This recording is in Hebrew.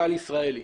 טל ישראלי.